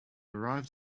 arrived